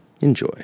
Enjoy